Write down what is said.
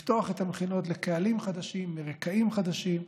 לפתוח את המכינות לקהלים חדשים, לרקעים חדשים,